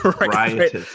right